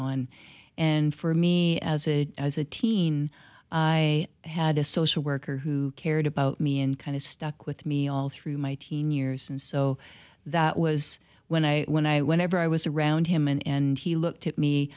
on and for me as a as a teen i had a social worker who cared about me and kind of stuck with me all through my teen years and so that was when i when i whenever i was around him and he looked at me